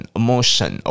emotion